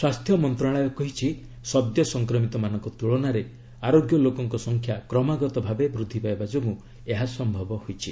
ସ୍ୱାସ୍ଥ୍ୟ ମନ୍ତ୍ରଣାଳୟ କହିଛି ସଦ୍ୟ ସଂକ୍ରମିତମାନଙ୍କ ତ୍କଳନାରେ ଆରୋଗ୍ୟ ଲୋକଙ୍କ ସଂଖ୍ୟା କ୍ରମାଗତ ଭାବେ ବୃଦ୍ଧି ପାଇବା ଯୋଗୁଁ ଏହା ସମ୍ଭବ ହୋଇଛି